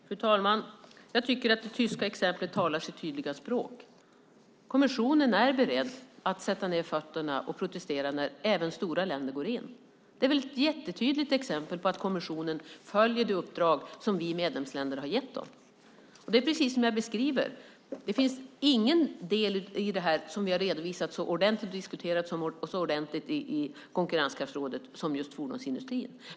Fru talman! Jag tycker att det tyska exemplet talar sitt tydliga språk. Kommissionen är beredd att sätta ned foten och protestera även när stora länder går in. Det är väl ett jättetydligt exempel på att kommissionen följer det uppdrag som vi medlemsländer har gett dem. Och det är precis som jag beskriver: Det finns ingen del som vi har redovisat och diskuterat så ordentligt i konkurrenskraftsrådet som just fordonsindustrin.